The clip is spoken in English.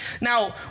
Now